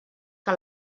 que